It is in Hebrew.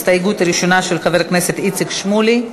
הסתייגות ראשונה, של חבר הכנסת איציק שמולי.